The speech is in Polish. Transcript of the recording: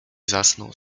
zasnął